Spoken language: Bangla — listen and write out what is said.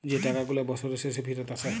যে টাকা গুলা বসরের শেষে ফিরত আসে